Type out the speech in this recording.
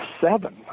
seven